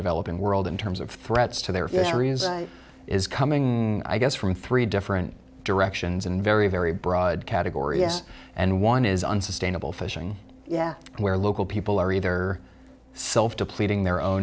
developing world in terms of threats to their fisheries is coming i guess from three different directions and very very broad category s and one is unsustainable fishing yeah where local people are either self depleting their own